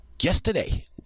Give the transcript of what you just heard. yesterday